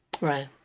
right